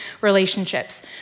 relationships